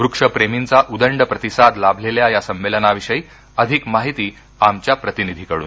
वृक्ष प्रेमींचा उदंड प्रतिसाद लाभलेल्या या संमेलनाविषयी अधिक माहिती आमच्या प्रतीनिधी कडून